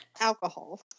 alcohol